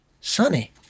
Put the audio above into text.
sunny